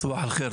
סבאח אל-ח'יר,